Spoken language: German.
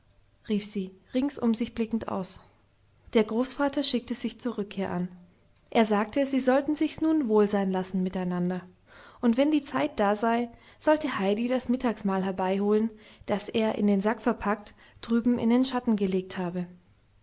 rief sie rings um sich blickend aus der großvater schickte sich zur rückkehr an er sagte sie sollten sich's nun wohl sein lassen miteinander und wenn die zeit da sei sollte heidi das mittagsmahl herbeiholen das er in den sack verpackt drüben in den schatten gelegt hatte